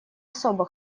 особо